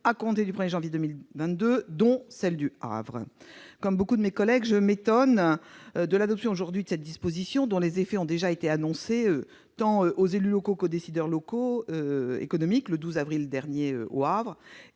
à compter du 1 janvier 2022, dont celle du Havre. Comme nombre de mes collègues, je m'étonne de l'adoption aujourd'hui d'une telle disposition, dont les effets ont déjà été annoncés, tant aux élus locaux qu'aux décideurs locaux économiques, le 12 avril dernier au Havre